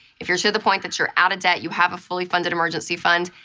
if you're to the point that you're out of debt, you have a fully funded emergency fund,